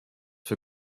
für